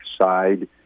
side